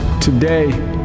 Today